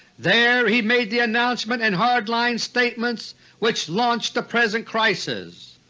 there he made the announcement and hard-line statements which launched the present crisis.